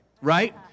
right